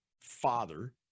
father